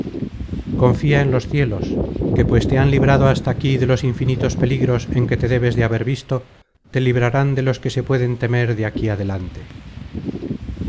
confia en los cielos que pues te han librado hasta aquí de los infinitos peligros en que te debes de haber visto te librarán de los que se pueden temer de aquí adelante